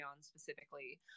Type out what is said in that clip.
specifically